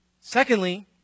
Secondly